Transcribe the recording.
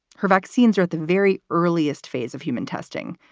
her vaccines are at the very earliest phase of human testing.